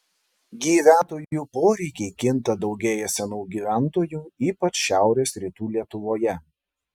gyventojų poreikiai kinta daugėja senų gyventojų ypač šiaurės rytų lietuvoje